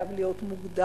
חייב להיות מוגדר.